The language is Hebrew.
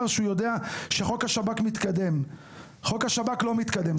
שהוא יודע שחוק השב"כ מתקדם לא מתקדם.